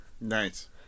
Nice